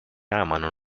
amano